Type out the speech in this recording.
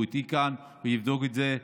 הוא איתי כאן, הוא יבדוק את זה.